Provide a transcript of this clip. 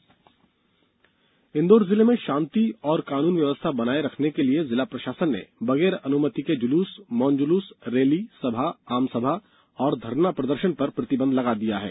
जुलूस रैली प्रतिबंध इंदौर जिले में शांति और कानून व्यवस्था बनाये रखने के लिये जिला प्रषासन ने बगैर अनुमति के जुलूस मौन जुलूस रैली सभा आमसभा और धरना प्रदर्शन पर प्रतिबंध लगा दिया है